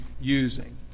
using